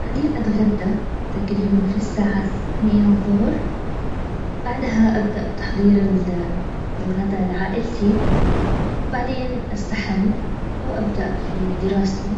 بعدين اتغدى تقريبا في الساعة اثنين الظهر بعدها ابدا بتحضير الغدا لعائلتي بعدين بستحم وابدا في دراسي